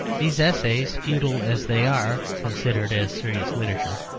these essays, futile as they are considered as serious literature,